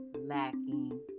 lacking